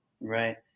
Right